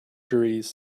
degrees